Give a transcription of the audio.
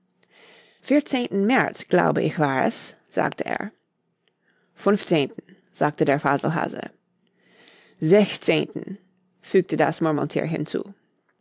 vierzehnten märz glaube ich war es sagte er funfzehnten sagte der faselhase sechzehnten fügte das murmelthier hinzu